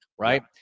right